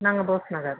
நாங்கள் போஸ் நகர்